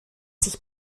sich